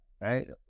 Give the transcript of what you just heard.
right